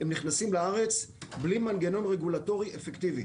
הם נכנסים לארץ בלי מנגנון רגולטורי אפקטיבי.